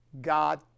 God